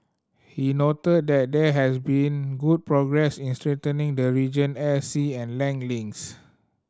he noted that there has been good progress in strengthening the region air sea and land links